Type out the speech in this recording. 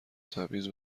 تبعیض